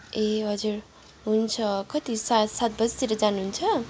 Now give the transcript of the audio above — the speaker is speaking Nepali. ए हजुर हुन्छ कति सा सात बजीतिर जानुहुन्छ